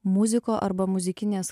muziko arba muzikinės